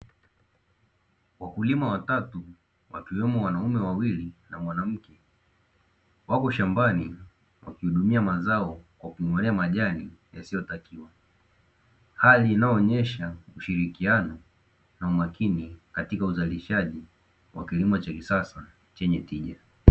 Wakulima watatu wakiwemo wanaume wawili na mwanamke wako shambani hali inayoonyesha